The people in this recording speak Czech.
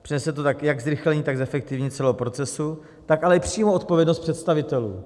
Přinese to tak jak zrychlení, tak zefektivnění celého procesu, tak ale i přímou odpovědnost představitelů.